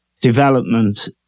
development